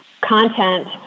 content